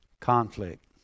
Conflict